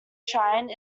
shine